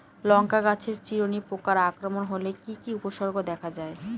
লঙ্কা গাছের চিরুনি পোকার আক্রমণ হলে কি কি উপসর্গ দেখা যায়?